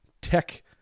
tech